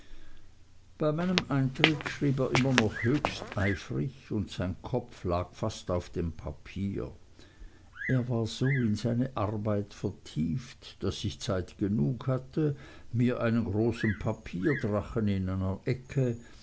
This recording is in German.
bei meinem eintritt schrieb er immer noch höchst eifrig und sein kopf lag fast auf dem papier er war so in seine arbeit vertieft daß ich zeit genug hatte mir einen großen papierdrachen in einer ecke